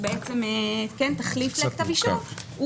שהוא בעצם תחליף לכתב אישום,